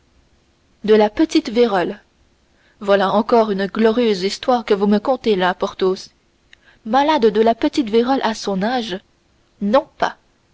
de la petite vérole voilà encore une glorieuse histoire que vous me contez là porthos malade de la petite vérole à son âge non pas